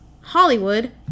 Hollywood